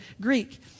Greek